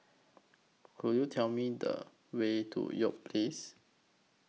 Could YOU Tell Me The Way to York Place